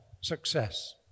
success